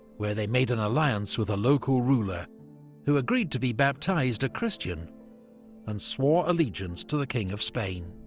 where they made an alliance with a local ruler who agreed to be baptised a christian and swore allegiance to the king of spain.